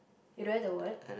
you don't have the word